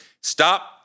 stop